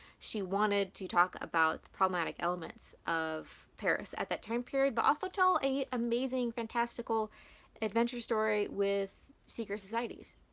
she wanted to talk about problematic elements of paris at that time period. but also tell a amazing fantastical adventure story with secret societies.